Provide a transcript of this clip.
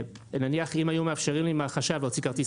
נניח שאם היו מאפשרים לי מהחש"ב להוציא כרטיס